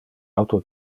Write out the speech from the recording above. auto